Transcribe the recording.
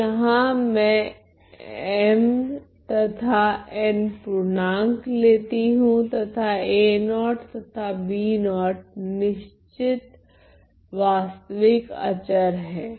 तो यहाँ m तथा n पूर्णांक है तथा a0 तथा b0 निश्चित वास्तविक अचर हैं